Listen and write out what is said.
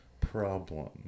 problem